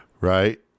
Right